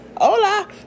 Hola